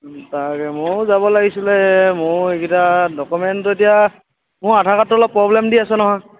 তাকে মইয়ো যাব লাগিছিলে মইয়ো এইকেইটা ডকুমেণ্ট এতিয়া মোৰ আধাৰ কাৰ্ডটো অলপ প্ৰবলেম দি আছে নহয়